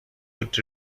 could